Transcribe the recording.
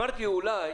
אמרתי אולי